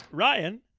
Ryan